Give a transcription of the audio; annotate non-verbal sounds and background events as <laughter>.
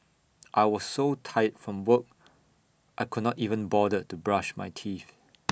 I was so tired from work I could not even bother to brush my teeth <noise>